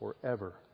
Forever